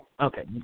Okay